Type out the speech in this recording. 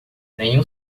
nenhum